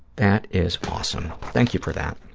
that is awesome. thank you for that.